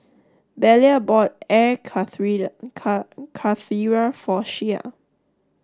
Belia bought Air Karthira for Shea